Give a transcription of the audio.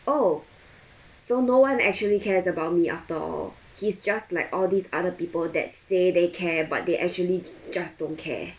oh so no one actually cares about me after all he's just like all these other people that say they care but they actually just don't care